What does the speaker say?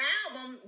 album